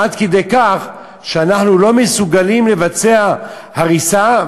עד כדי כך שאנחנו לא מסוגלים לבצע הריסה.